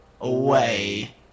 away